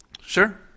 Sure